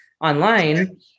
online